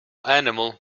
animal